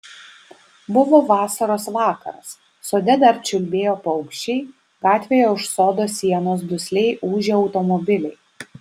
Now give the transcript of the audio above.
buvo vasaros vakaras sode dar čiulbėjo paukščiai gatvėje už sodo sienos dusliai ūžė automobiliai